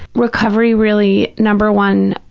recovery really, number one,